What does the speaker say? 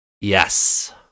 Yes